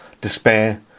despair